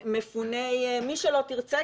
מפוני מי שלא תרצה,